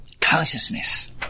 consciousness